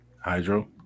Hydro